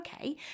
Okay